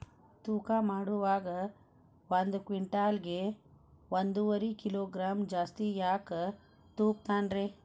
ತೂಕಮಾಡುವಾಗ ಒಂದು ಕ್ವಿಂಟಾಲ್ ಗೆ ಒಂದುವರಿ ಕಿಲೋಗ್ರಾಂ ಜಾಸ್ತಿ ಯಾಕ ತೂಗ್ತಾನ ರೇ?